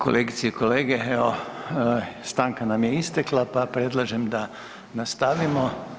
Kolegice i kolege, evo stanka nam je istekla pa predlažem da nastavimo.